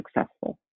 successful